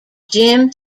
jim